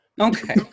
okay